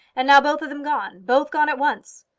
and now both of them gone both gone at once!